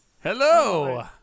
Hello